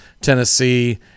Tennessee